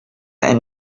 and